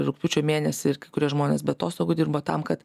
rugpjūčio mėnesį ir kai kurie žmonės be atostogų dirbo tam kad